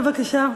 בבקשה,